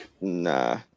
Nah